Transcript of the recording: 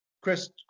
Chris